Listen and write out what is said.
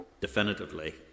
definitively